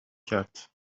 کرد